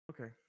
Okay